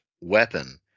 weapon